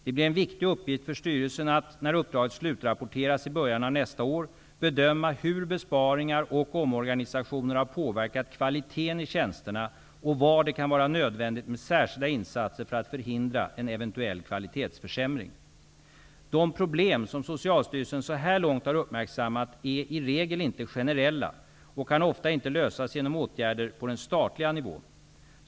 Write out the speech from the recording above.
Det blir en viktig uppgift för styrelsen att, när uppdraget slutrapporteras i början av nästa år, bedöma hur besparingar och omorganisationer har påverkat kvaliteten i tjänsterna och var det kan vara nödvändigt med särskilda insatser för att förhindra en eventuell kvalitetsförsämring. De problem som Socialstyrelsen så här långt har uppmärksammat är i regel inte generella och kan ofta inte lösas genom åtgärder på den statliga nivån.